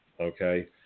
okay